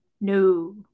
No